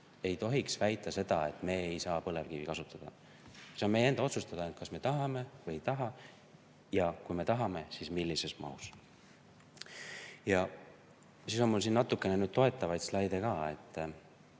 ei tohiks väita, et me ei saa põlevkivi kasutada. See on meie enda otsustada, kas me tahame või ei taha, ja kui me tahame, siis millises mahus. Mul on siin natukene toetavaid slaide ka. Me